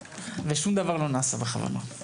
שום דבר לא נעשה בכוונה.